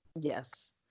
Yes